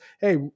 Hey